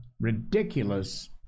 ridiculous